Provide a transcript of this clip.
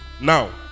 Now